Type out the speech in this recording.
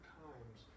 times